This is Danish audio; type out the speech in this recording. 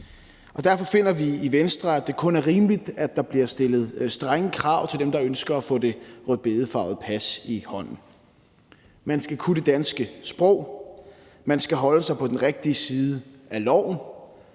derfor finder vi i Venstre, at det kun er rimeligt, at der bliver stillet strenge krav til dem, der ønsker at få det rødbedefarvede pas i hånden: Man skal kunne det danske sprog, man skal holde sig på den rigtige side af loven,